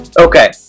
Okay